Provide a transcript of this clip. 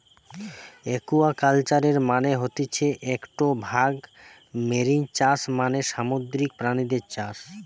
একুয়াকালচারের মানে হতিছে একটো ভাগ মেরিন চাষ মানে সামুদ্রিক প্রাণীদের চাষ